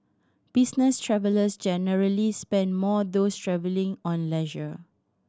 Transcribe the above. business travellers generally spend more those travelling on leisure